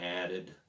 added